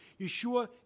Yeshua